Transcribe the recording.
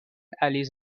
allies